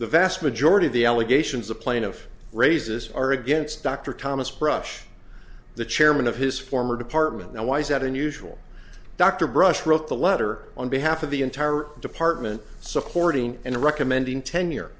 the vast majority of the allegations the plaintiff raises are against dr thomas brush the chairman of his former department now why is that unusual dr brush wrote the letter on behalf of the entire department supporting and recommending tenure